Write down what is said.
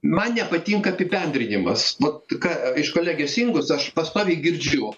man nepatinka apibendrinimas vat ką iš kolegės ingos aš pastoviai girdžiu